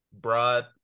broad